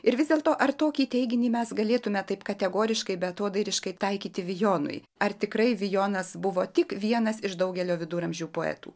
ir vis dėlto ar tokį teiginį mes galėtume taip kategoriškai beatodairiškai taikyti vijonui ar tikrai vijonas buvo tik vienas iš daugelio viduramžių poetų